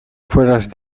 fueras